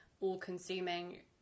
all-consuming